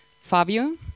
Fabio